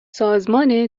سازمان